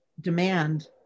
demand